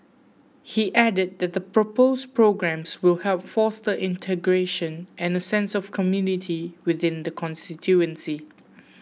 he added that the proposed programmes will help foster integration and a sense of community within the constituency